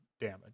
damage